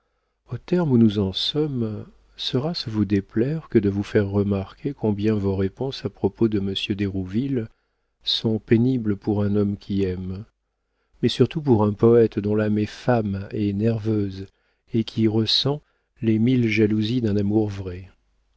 aux termes où nous en sommes sera-ce vous déplaire que de vous faire remarquer combien vos réponses à propos de monsieur d'hérouville sont pénibles pour un homme qui aime mais surtout pour un poëte dont l'âme est femme est nerveuse et qui ressent les mille jalousies d'un amour vrai